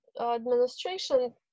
administration